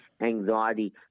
anxiety